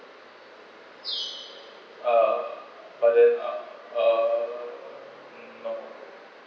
uh but then uh uh um no